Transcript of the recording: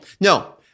No